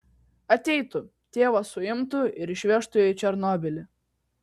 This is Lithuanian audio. ateitų tėvas suimtų ir išvežtų į černobylį